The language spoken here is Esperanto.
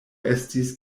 estis